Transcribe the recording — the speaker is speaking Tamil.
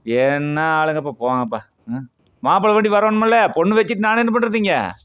என்ன ஆளுங்கப்பா போங்கப்பா ம் மாப்பிளை வண்டி வரணுமில்ல பொண்ணு வச்சிட்டு நான் என்ன பண்ணுறது இங்கே